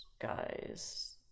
guys